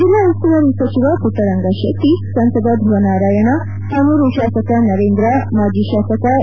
ಜೆಲ್ಲಾ ಉಸ್ತುವಾರಿ ಸಚಿವ ಪುಟ್ಟರಂಗಶೆಟ್ಟಿ ಸಂಸದ ದ್ರುವನಾರಾಯಣ ಪನೂರು ಶಾಸಕ ನರೇಂದ್ರ ಮಾಜಿ ಶಾಸಕ ಎ